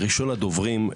ראשון הדוברים,